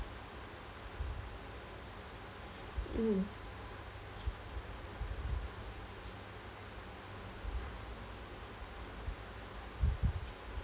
mm